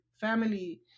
family